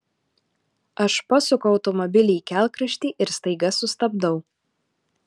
aš pasuku automobilį į kelkraštį ir staiga sustabdau